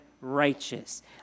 righteous